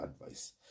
advice